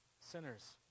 sinners